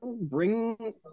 bring